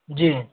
जी